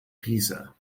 pisa